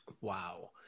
wow